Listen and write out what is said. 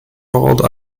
bald